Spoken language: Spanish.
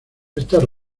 estas